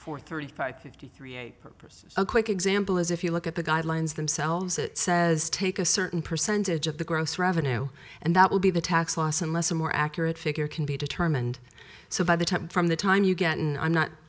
for thirty five fifty three a purpose a quick example is if you look at the guidelines themselves it says take a certain percentage of the gross revenue and that will be the tax loss unless a more accurate figure can be determined so by the time from the time you get in i'm not